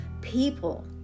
people